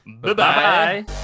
Bye-bye